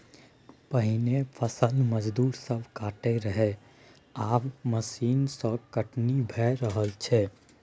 पहिने फसल मजदूर सब काटय रहय आब मशीन सँ कटनी भए रहल छै